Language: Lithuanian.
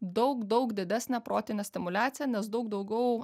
daug daug didesnė protinė stimuliacija nes daug daugiau